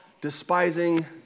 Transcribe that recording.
despising